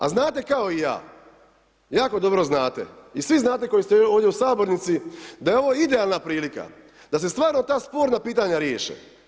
A znate kao i ja, jako dobro znate i svi znate koji ste ovdje u sabornici da je ovo idealna prilika da se stvarno ta sporna pitanja riješe.